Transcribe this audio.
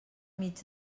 mig